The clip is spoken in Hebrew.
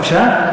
בבקשה?